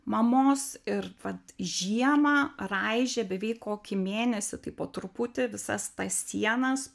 mamos ir vat žiemą raižė beveik kokį mėnesį tai po truputį visas tas sienas